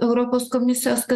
europos komisijos kad